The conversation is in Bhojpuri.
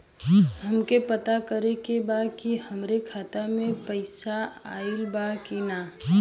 हमके पता करे के बा कि हमरे खाता में पैसा ऑइल बा कि ना?